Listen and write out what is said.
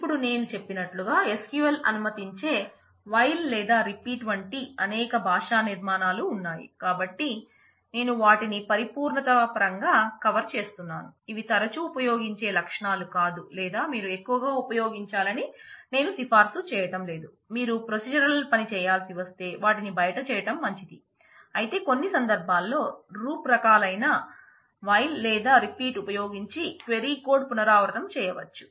ఇప్పుడు నేను చెప్పినట్లుగా SQL అనుమతించే వైల్ ఉపయోగించి క్వారీ కోడ్ పునరావృతం చేయవచ్చు